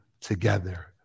together